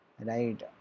Right